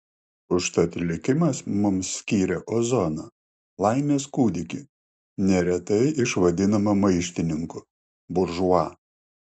užtat likimas mums skyrė ozoną laimės kūdikį neretai išvadinamą maištininku buržua